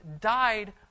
died